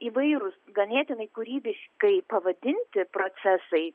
įvairūs ganėtinai kūrybiškai pavadinti procesai